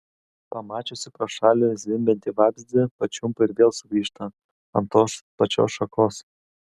pamačiusi pro šalį zvimbiantį vabzdį pačiumpa ir vėl sugrįžta ant tos pačios šakos